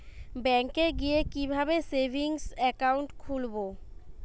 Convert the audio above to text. ব্যাঙ্কে গিয়ে কিভাবে সেভিংস একাউন্ট খুলব?